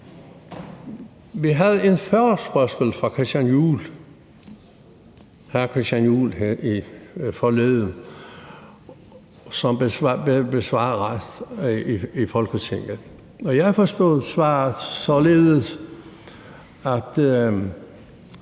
vi havde en forespørgsel fra hr. Christian Juhl her forleden, som blev besvaret i Folketinget. Og jeg forstod svaret således, at